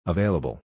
Available